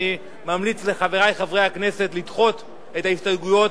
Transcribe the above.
אני ממליץ לחברי חברי הכנסת לדחות את ההסתייגויות